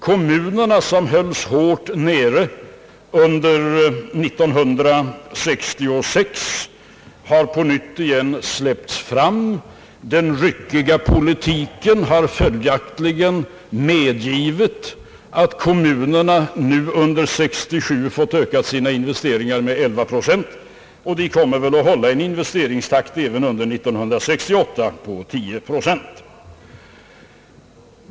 Kommunerna, som hölls hårt nere under 1966, har på nytt släppts fram. Den »ryckiga» politiken har följaktligen medgivit att kommunerna nu under 1967 fått öka sina investeringar med 11 procent, och de kommer väl att hålla en investeringstakt även under 1968 som innebär en ökning på 10 procent.